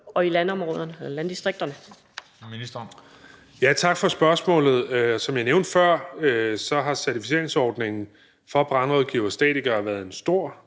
og i landdistrikterne?